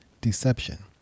deception